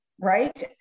right